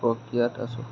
প্ৰক্ৰিয়াত আছোঁ